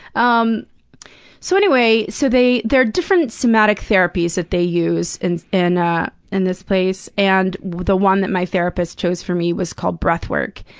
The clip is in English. um so anyway, so they there are different somatic therapies that they use in in ah in this place, and the one that my therapist chose for me was called breathwork.